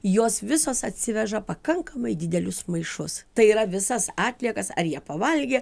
jos visos atsiveža pakankamai didelius maišus tai yra visas atliekas ar jie pavalgė